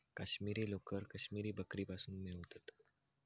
काश्मिरी लोकर काश्मिरी बकरीपासुन मिळवतत